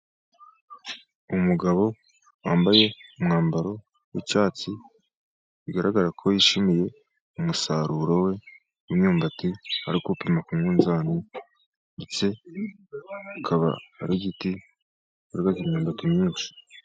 Umugabo wambaye umwambaro w'icyatsi, bigaragara ko yishimiye umusaruro we w'imyumbati, ari gupima ku mwunzani, ndetse akaba ari igiti kera imyumbati myinshi.